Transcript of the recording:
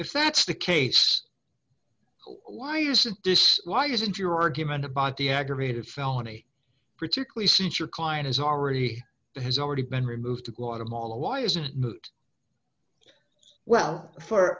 if that's the case why isn't this why isn't your argument about the aggravated felony particularly since your client is already has already been removed to guatemala why isn't moot well for